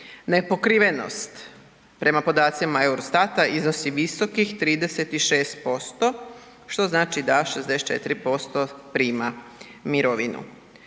Nepokrivenost prema podacima EUROSTAT-a iznosi visokih 36% što znači da 64% prima mirovinu.